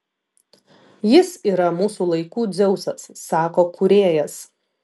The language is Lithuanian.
jis yra mūsų laikų dzeusas sako kūrėjas